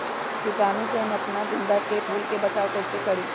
कीटाणु से हम अपना गेंदा फूल के बचाओ कई से करी?